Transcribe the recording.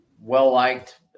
well-liked